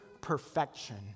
perfection